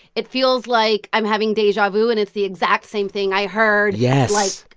it feels like i'm having deja vu. and it's the exact same thing i heard. yes. like,